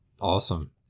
Awesome